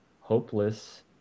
hopeless